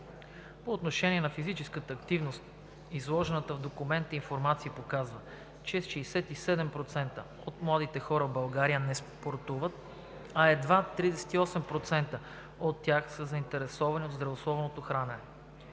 По отношение на физическата активност изложената в документа информация показва, че 67% от младите хора в България не спортуват, а едва 38% от тях са заинтересовани от здравословното хранене.